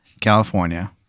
California